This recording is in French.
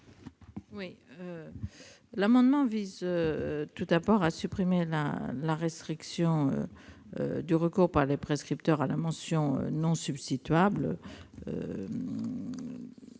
amendement vise tout d'abord à supprimer la restriction du recours par les prescripteurs à la mention « non substituable